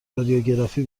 رادیوگرافی